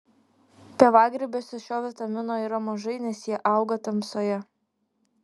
pievagrybiuose šio vitamino yra mažai nes jie auga tamsoje